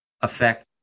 affect